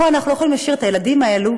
כאן אנחנו לא יכולים להשאיר את הילדים האלו,